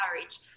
courage